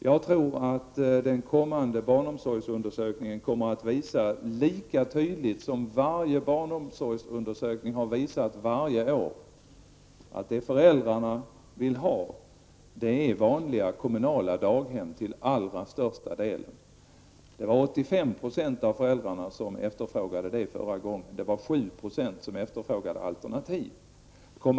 Jag tror i stället att den kommande barnomsorgsundersökningen kommer att ge ett lika tydligt utslag som alla andra barnomsorgsundersökningar varje år har gjort. Föräldrarna väljer nämligen till allra största delen vanliga kommunala daghem. 85 % av föräldrarna efterfrågade sådana förra gången en undersökning gjordes, och 7 % efterfrågade alternativ.